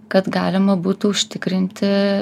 kad galima būtų užtikrinti